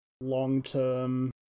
long-term